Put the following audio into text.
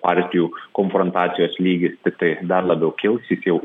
partijų konfrontacijos lygis tiktai dar labiau kils jis jau